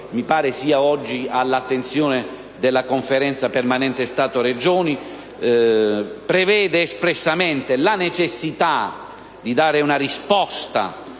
mi pare sia oggi all'attenzione della Conferenza permanente Stato-Regioni, prevede espressamente la necessità di dare una risposta